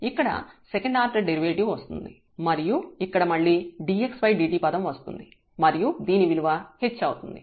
ఇక్కడ second order derivative వస్తుంది మరియు ఇక్కడ మళ్ళీ dxdt పదం వస్తుంది మరియు దీని విలువ h అవుతుంది